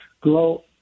grow